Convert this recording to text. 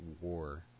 war